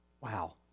Wow